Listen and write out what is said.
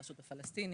הרשות הפלשתינית,